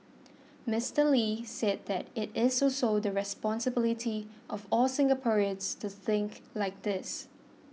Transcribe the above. Mister Lee said that it is also the responsibility of all Singaporeans to think like this